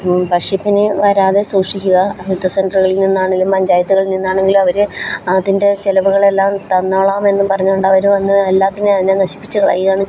പക്ഷിപ്പനി വരാതെ സൂക്ഷിക്കുക ഹെൽത്ത് സെൻറ്ററുകളിൽ നിന്നാണേലും പഞ്ചായത്തുകളിൽ നിന്നാണെങ്കിലും അവര് അതിൻ്റെ ചെലവുകളെല്ലാം തന്നോളാം എന്നും പറഞ്ഞുകൊണ്ട് അവര് വന്ന് എല്ലാത്തിനും അതിനെ നശിപ്പിച്ചു കളയുകയാണ് ചെയ്യുന്നത്